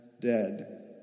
dead